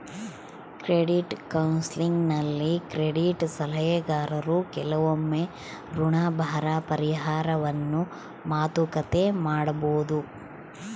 credit ಕೌನ್ಸೆಲಿಂಗ್ನಲ್ಲಿ credit ಸಲಹೆಗಾರರು ಕೆಲವೊಮ್ಮೆ ಋಣಭಾರ ಪರಿಹಾರವನ್ನು ಮಾತುಕತೆ ಮಾಡಬೊದು